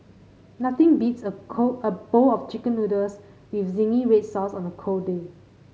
nothing beats a cold a bowl of Chicken Noodles with zingy red sauce on a cold day